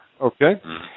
Okay